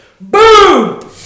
boom